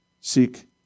seek